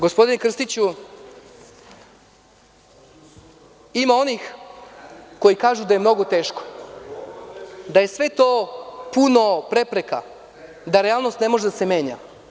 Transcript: Gospodine Krstiću, ima onih koji kažu da je mnogo teško, da je sve to puno prepreka, da realnost ne može da se menja.